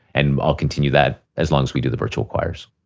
and i'll continue that as long as we do the virtual choirs